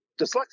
dyslexia